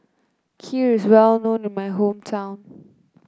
Kheer is well known in my hometown